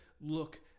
look